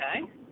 okay